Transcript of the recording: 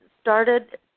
started